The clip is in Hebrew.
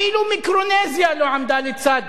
אפילו מיקרונזיה לא עמדה לצד